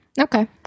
Okay